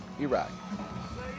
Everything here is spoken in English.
Iraq